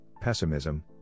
pessimism